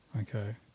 Okay